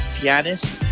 pianist